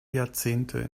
jahrzehnte